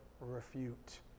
refute